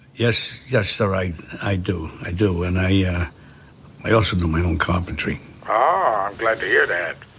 yes yes sir i i do i do and i yeah i also do my own commentary. ah i'm glad to hear that